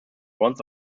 ones